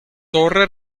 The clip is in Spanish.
torre